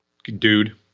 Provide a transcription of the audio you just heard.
Dude